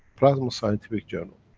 plasma scientific journal'.